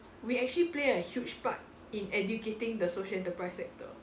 we actually play a huge part in educating the social enterprise sector